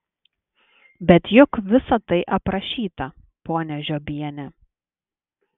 bet juk visa tai aprašyta ponia žiobiene